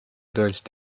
tõeliselt